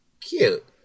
Cute